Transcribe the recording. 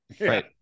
Right